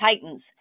Titans